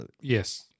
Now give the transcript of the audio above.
Yes